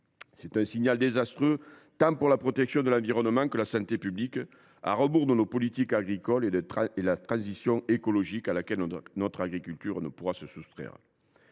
? Le signal est désastreux tant pour la protection de l’environnement que pour celle de la santé publique ; il va à rebours de nos politiques agricoles et de la transition écologique à laquelle notre agriculture ne pourra se soustraire.